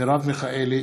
מרב מיכאלי,